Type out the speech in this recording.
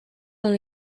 dans